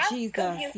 Jesus